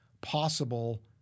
possible